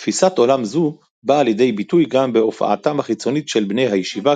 תפיסת עולם זו באה לידי ביטוי גם בהופעתם החיצונית של בני הישיבה,